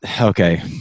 okay